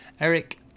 Eric